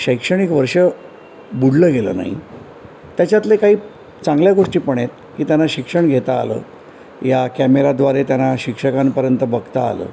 शैक्षणिक वर्ष बुडलं गेलं नाही त्याच्यातले काही चांगल्या गोष्टीपण आहेत की त्यांना शिक्षण घेता आलं या कॅमेराद्वारे त्यांना शिक्षकांपर्यंत बघता आलं